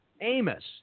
Amos